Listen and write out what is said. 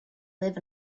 live